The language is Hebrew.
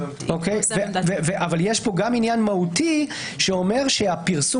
אבל יש פה גם עניין מהותי שאומר שהפרסום